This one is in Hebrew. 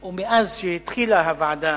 או מאז התחילה הוועדה